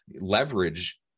leverage